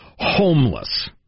homeless